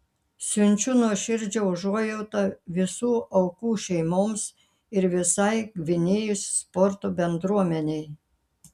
siunčiu nuoširdžią užuojautą visų aukų šeimoms ir visai gvinėjos sporto bendruomenei